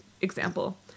example